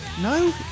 No